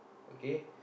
okay